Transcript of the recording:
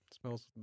Smells